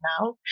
now